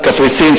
קפריסין,